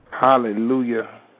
Hallelujah